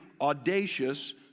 audacious